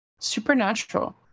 Supernatural